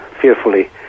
fearfully